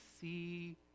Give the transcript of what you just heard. see